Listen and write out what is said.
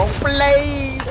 overlay.